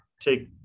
Take